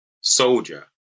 soldier